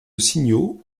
signaux